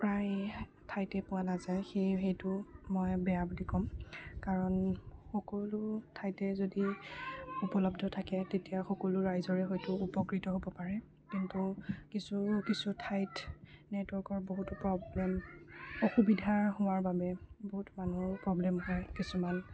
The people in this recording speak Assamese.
প্ৰায় ঠাইতে পোৱা নাযায় সেই সেইটো মই বেয়া বুলি ক'ম কাৰণ সকলো ঠাইতে যদি উপলব্ধ থাকে তেতিয়া সকলো ৰাইজৰে হয়তো উপকৃত হ'ব পাৰে কিন্তু কিছু কিছু ঠাইত নেটৱৰ্কৰ বহুতো প্ৰব্লেম অসুবিধা হোৱাৰ বাবে বহুত মানুহৰ প্ৰব্লেম হয় কিছুমান